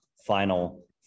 final